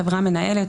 חברה מנהלת,